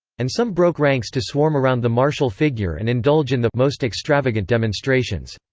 and some broke ranks to swarm around the martial figure and indulge in the most extravagant demonstrations.